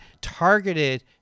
targeted